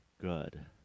good